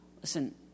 Listen